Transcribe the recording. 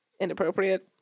inappropriate